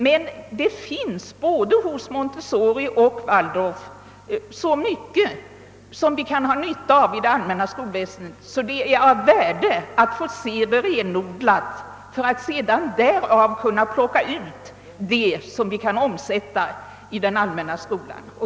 Men det finns både hos montessorioch waldorfmetoderna så mycket som vi i det allmänna skolväsendet kan ha nytta av, att det är av värde att få se resultaten renodlade för att sedan därav plocka ut det som vi kan tillämpa i den allmänna skolan.